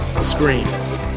screens